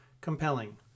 compelling